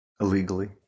illegally